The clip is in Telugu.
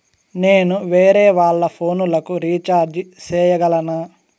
నేను వేరేవాళ్ల ఫోను లకు రీచార్జి సేయగలనా?